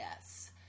Yes